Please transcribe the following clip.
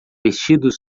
vestidos